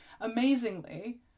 amazingly